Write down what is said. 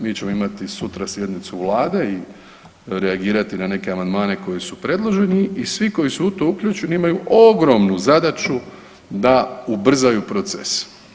Mi ćemo imati sutra sjednicu vlade i reagirati na neke amandmane koji su predloženi i svi koji su u to uključeni imaju ogromnu zadaću da ubrzaju proces.